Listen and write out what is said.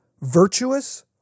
virtuous